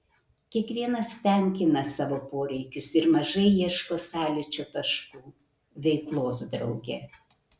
kiekvienas tenkina savo poreikius ir mažai ieško sąlyčio taškų veiklos drauge